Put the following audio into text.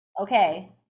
okay